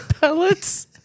Pellets